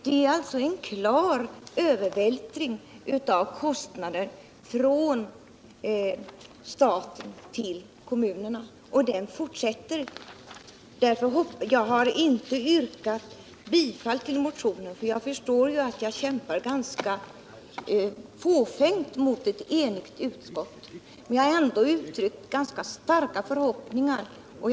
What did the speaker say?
Det är en klar övervältring av kostnader från staten till kommunerna, och den fortsätter. Jag har inte yrkat bifall till motionen, för jag förstår att jag kämpar ganska fåfängt mot ett enigt utskott, men jag har ändå uttryckt ganska starka förhoppningar. Jag tyckte at!